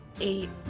Eight